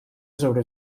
sobre